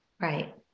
Right